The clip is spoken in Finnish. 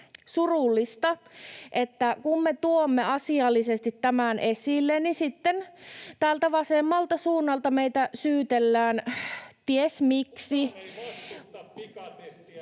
surullista, että kun me tuomme asiallisesti tämän esille, niin sitten täältä vasemmalta suunnalta meitä syytellään ties miksi.